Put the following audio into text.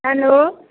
hello